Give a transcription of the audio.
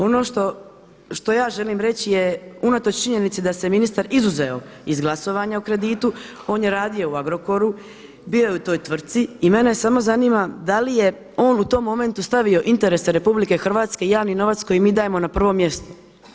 Ono što ja želim reći, unatoč činjenici da se ministar izuzeo iz glasovanja o kreditu, on je radio u Agrokoru, bio je u toj tvrtki i mene samo zanima da li je on u tom momentu stavio interese RH, javni novac koji mi dajemo na prvo mjesto.